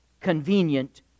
convenient